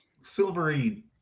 Silvery